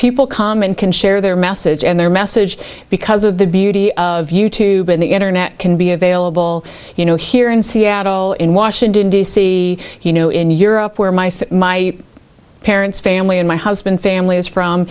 people come and can share their message and their message because of the beauty of you tube and the internet can be available you know here in seattle in washington d c you know in europe where my my parents family and my husband family is from